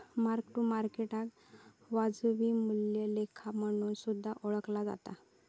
mark to मार्केटाक वाजवी मूल्या लेखा म्हणून सुद्धा ओळखला जाता